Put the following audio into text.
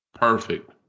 Perfect